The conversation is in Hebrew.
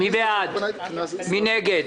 מי נגד?